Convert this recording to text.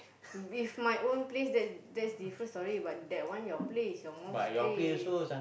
if my own place then that's different story but that one your place your mom's place